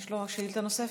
יש לו שאילתה נוספת.